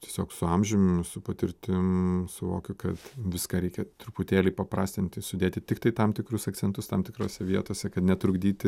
tiesiog su amžium su patirtim suvokiu kad viską reikia truputėlį paprastinti sudėti tiktai tam tikrus akcentus tam tikrose vietose kad netrukdyti